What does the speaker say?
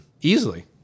easily